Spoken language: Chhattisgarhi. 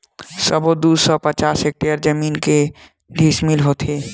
सबो दू सौ पचास हेक्टेयर जमीन के डिसमिल होथे?